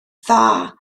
dda